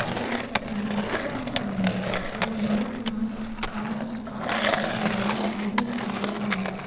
పెడదారి పట్టడానికి చాలా మార్గాలు ఉన్నాయి మరియు మారుతున్న కాలం కాల పరిస్థితులు కాని ఆధునిక భావాలు కాని